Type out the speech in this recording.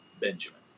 Benjamin